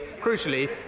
Crucially